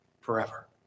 forever